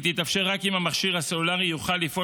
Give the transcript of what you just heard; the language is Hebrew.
היא תתאפשר רק אם המכשיר הסלולרי יוכל לפעול